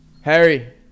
Harry